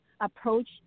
approach